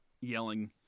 yelling